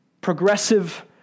progressive